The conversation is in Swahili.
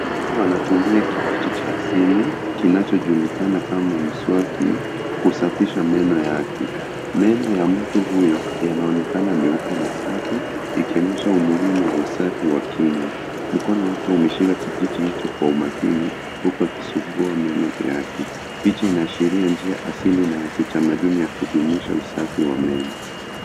Mtu anatumia kijiti cha asili kinachojulikana kama mswaki kusafisha meno yake. Meno ya mtu huyo yanaonekana meupe na safi ikionyesha umuhimu wa usafi wa kinywa. Mkono wake umeshika kijiti hicho kwa umakini huku akisugua meno yake. Picha inaashiria njia asili na ya kitamaduni ya kudumisha usafi wa meno.